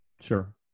Sure